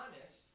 honest